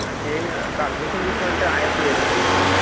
ഇവിടെ admission fees പറഞ്ഞിട്ട് ആയിരം ഉറുപ്പിക വരും തുടക്കം തന്നെ